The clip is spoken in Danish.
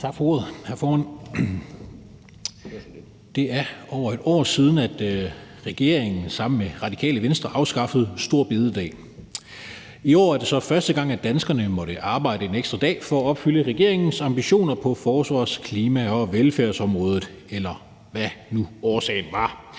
Tak for ordet, hr. formand. Det er over 1 år siden, at regeringen sammen med Radikale Venstre afskaffede store bededag. I år er det så første gang, at danskerne må arbejde en ekstra dag for at opfylde regeringens ambitioner på forsvars-, klima- og velfærdsområdet – eller hvad nu årsagen var,